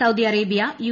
Saudi Arabia U